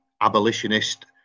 abolitionist